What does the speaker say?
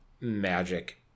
magic